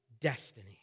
destiny